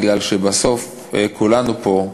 כי בסוף כולנו פה,